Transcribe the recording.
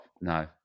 No